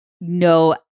no